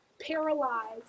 paralyzed